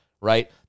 Right